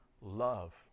love